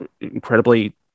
incredibly